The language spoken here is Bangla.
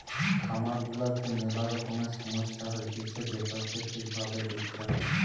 খামার গুলাতে মেলা রকমের সমস্যা হতিছে যেটোকে ঠিক ভাবে দেখতে হয়